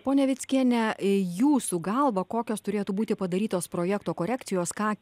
ponia vickiene jūsų galva kokios turėtų būti padarytos projekto korekcijos ką